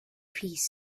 piece